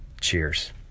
Cheers